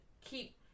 keep